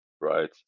right